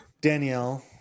Danielle